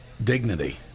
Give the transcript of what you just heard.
Dignity